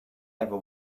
ever